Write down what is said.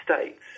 States